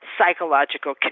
psychological